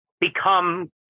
become